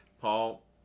Paul